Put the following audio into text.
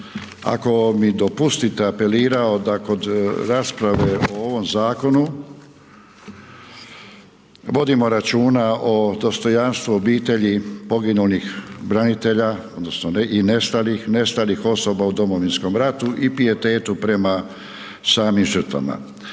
ako mi dopustite, apelirao da kod rasprave o ovom zakonu, vodimo računa o dostojanstvu obitelji poginulih branitelja, odnosno, i nestalih, nestalih osoba u Domovinskom ratu i pijetetu prema samim žrtvama.